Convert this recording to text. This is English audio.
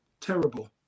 terrible